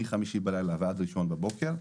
מחמישי בלילה ועד ראשון בבוקר,